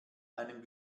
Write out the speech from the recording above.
einem